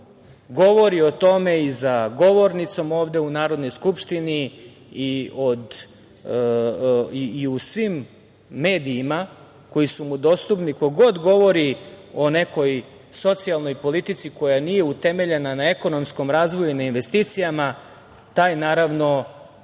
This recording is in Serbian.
govori o tome i za govornicom ovde u Narodnoj Skupštini i u svim medijima koji su mu dostupni, ko god govori o nekoj socijalnoj politici koja nije utemeljena na ekonomskom razvoju i na investicijama taj ne govori